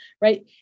right